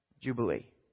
jubilee